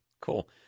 cool